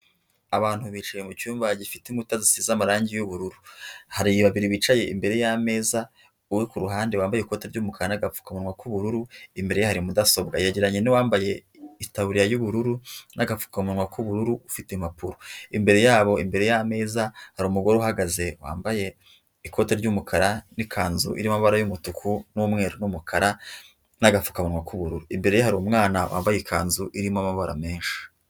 Abantu bicaye mucyumba gifite inkuta zisize amarangi yubururu, hari babiri bicaye imbere y'ameza uwo kuruhande wambaye ikoti ry'umukara n'agapfukamunwa k'ubururu imbere hari mudasobwa yegeranye n'uwambaye itaburiya y'ubururu n'agapfukamunwa k'ubururu ufite impapuro imbere yabo imbere y'ameza hari umugore uhagaze wambaye ikote ry'umukara n'ikanzu irimo amabara y'umutuku n'umweru, n'umukara, n'agapfukamunwa k'ubururu imbere hari umwana wambaye ikanzu irimo amabara menshi.